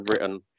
written